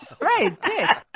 Right